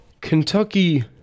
Kentucky